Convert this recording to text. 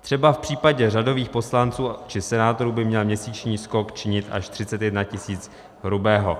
Třeba v případě řadových poslanců či senátorů by měl měsíční skok činit až 31 tisíc hrubého.